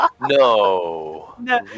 No